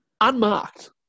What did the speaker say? unmarked